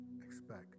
expect